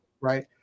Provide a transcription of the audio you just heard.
Right